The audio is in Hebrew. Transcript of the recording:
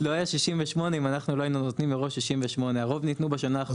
לא היה 68 אם אנחנו לא היינו נותנים מראש 68. הרוב ניתנו בשנה האחרונה.